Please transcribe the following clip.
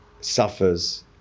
suffers